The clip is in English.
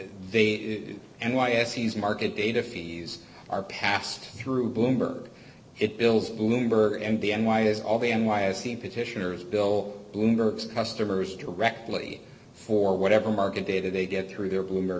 they and why s he's market data fees are passed through bloomberg it bills bloomberg and the n y t is all the n y s e petitioner's bill bloomberg customers directly for whatever market data they get through their bloomberg